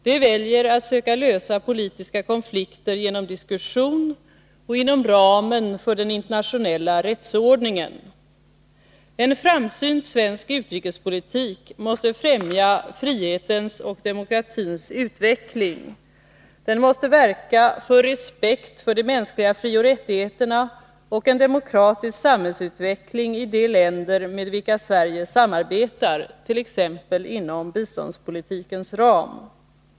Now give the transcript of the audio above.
De väljer att söka lösa politiska konflikter genom diskussion och inom ramen för den internationella rättsordningen. En framsynt svensk utrikespolitik måste främja frihetens och demokratins utveckling. Den måste verka för respekt för de mänskliga frioch rättigheterna och en demokratisk samhällsutveckling i de länder med vilka Sverige samarbetar, t.ex. inom biståndspolitikens ram.